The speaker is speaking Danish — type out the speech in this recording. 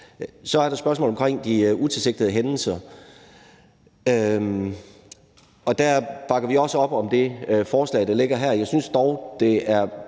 Så er der spørgsmålet omkring de utilsigtede hændelser. Der bakker vi også op om det forslag, der ligger her. Jeg synes dog, det er